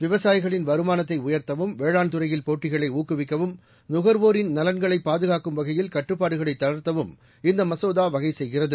விவசாயிகளின் வருமானத்தை உயர்த்தவும் வேளான் துறையில் போட்டிகளை ஊக்கவிக்கவும் நுகர்வோரின் நலன்களை பாதுகாக்கும் வகையில் கட்டுப்பாடுகளை தளர்த்தவும் இந்த மசோதா வகை செய்கிறது